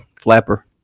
Flapper